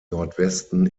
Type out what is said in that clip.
nordwesten